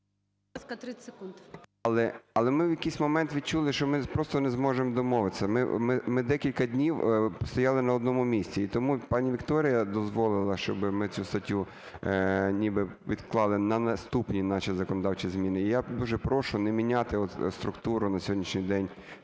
Але ми в якийсь момент відчули, що ми просто не зможемо домовитися, ми декілька днів стояли на одному місці. І тому пані Вікторія дозволила, щоб ми цю статтю ніби відклали на наступні наші законодавчі зміни. Я дуже прошу не міняти структуру на сьогоднішній день